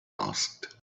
asked